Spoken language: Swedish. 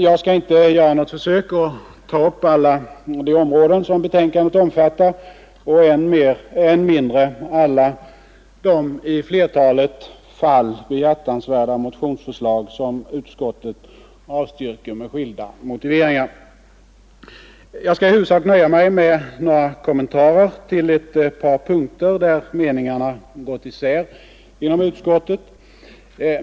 Jag skall inte göra något försök att ta upp alla de områden som betänkandet omfattar och än mindre alla de i flertalet fall behjärtansvärda motionsförslag som utskottet avstyrker med skilda motiveringar. Jag skall i huvudsak nöja mig med några kommentarer till ett par punkter där meningarna gått isär inom utskottet.